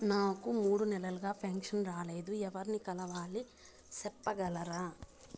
నాకు మూడు నెలలుగా పెన్షన్ రాలేదు ఎవర్ని కలవాలి సెప్పగలరా?